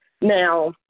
Now